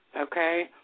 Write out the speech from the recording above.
okay